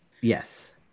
Yes